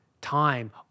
time